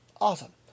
Awesome